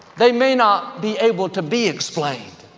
they may not be able to be explained.